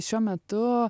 šiuo metu